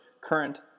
current